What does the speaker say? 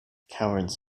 cowards